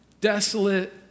desolate